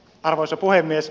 arvoisa puhemies